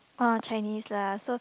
oh Chinese lah so